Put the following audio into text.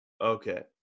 okay